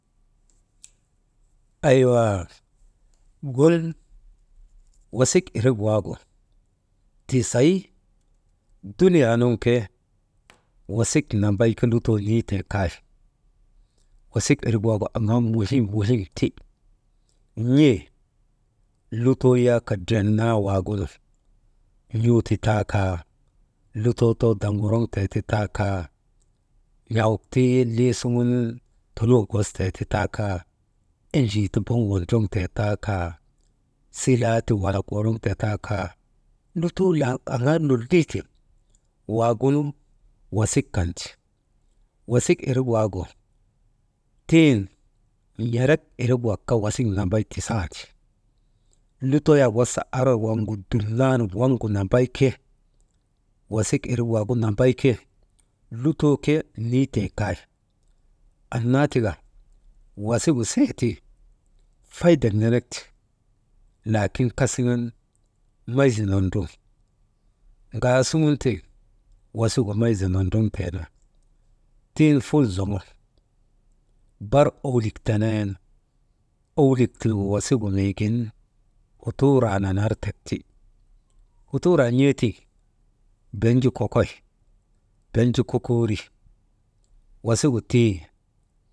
Aywaa gun wasik irik waagu tii sey dunuyaa nun ke wasik nambay lutoo nitee kay, wasik irik waagu aŋaa muhim muhim ti, n̰ee lutoo yak ndren naa waagunun n̰uu ti taa kaa lutoo too daŋ worŋtee ti taa kaa, n̰awuk ti lii suŋun toluwok wostee ti taa kaa, enjii ti boŋ wondroŋtee ti taa kaa, silaa ti walak woroŋtee taa kaa lutoo aŋaa lolii ti, waagunu wasik kan ti. Wasik irik wak tiŋ n̰erek irik wak kaa wasik nambay tiandi lutoo yak wasa arwaŋgu dumnan waŋgu nambay ke wasik irik waagu nambayke lutoo ke niitee kay, annaa tika wasigu seti faydek nenek ti, laakin kasiŋan mayzi nondruŋ, ŋaasuŋun tiŋ wasigu mayzi nondroŋtee nu tiŋ ful zoŋo bar owolik teneenu owolik tiigu wasigu miigin hutuuraa nanartek ti hutuuraa n̰eetiŋ benju kooky benju kokooriwasigu tii.